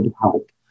help